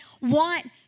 want